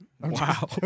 wow